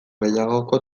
gehiagoko